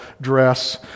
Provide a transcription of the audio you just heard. dress